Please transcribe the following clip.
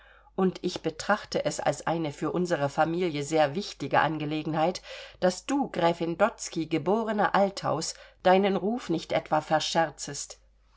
und ich betrachte es als eine für unsere familie sehr wichtige angelegenheit daß du gräfin dotzky geborene althaus deinen ruf nicht etwa verscherzest